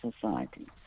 society